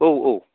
औ औ